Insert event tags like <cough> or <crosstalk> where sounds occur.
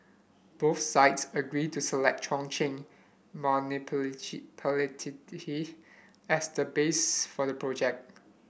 both sides agreed to select Chongqing <unintelligible> as the base for the project